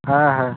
হ্যাঁ হ্যাঁ